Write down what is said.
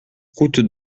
route